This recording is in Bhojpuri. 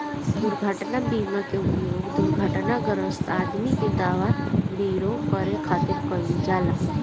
दुर्घटना बीमा के उपयोग दुर्घटनाग्रस्त आदमी के दवा विरो करे खातिर कईल जाला